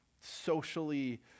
socially